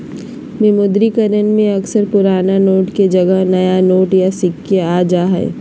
विमुद्रीकरण में अक्सर पुराना नोट के जगह नया नोट या सिक्के आ जा हइ